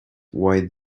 why